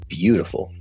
beautiful